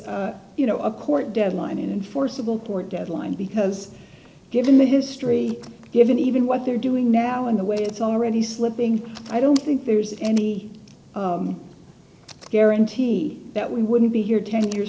you know a court deadline and forceable court deadline because given the history given even what they're doing now in the way it's already slipping i don't think there's any guarantee that we wouldn't be here ten years